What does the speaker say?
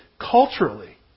culturally